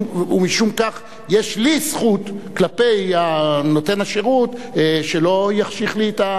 ומשום כך יש לי זכות כלפי נותן השירות שלא יחשיך לי את,